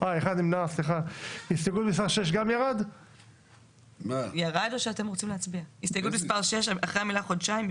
הסתייגות מס' 6: "אחרי המילה "חודשיים"